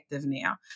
now